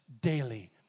daily